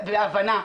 בהבנה,